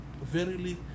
verily